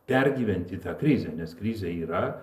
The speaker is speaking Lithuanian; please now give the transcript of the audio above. pergyventi tą krizę nes krizė yra